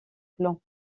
clan